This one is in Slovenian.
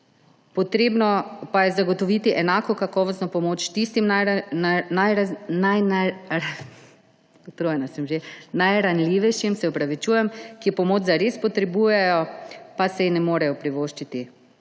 Potrebno pa je zagotoviti enako kakovostno pomoč tistim najranljivejšim, ki pomoč zares potrebujejo, pa si je ne morejo privoščiti.